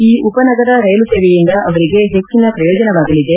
ಈ ಉಪನಗರ ರೈಲು ಸೇವೆಯಿಂದ ಅವರಿಗೆ ಹೆಚ್ಚನ ಶ್ರಯೋಜನವಾಗಲಿದೆ